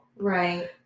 right